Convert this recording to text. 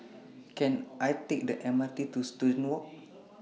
Can I Take The M R T to Student Walk